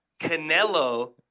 Canelo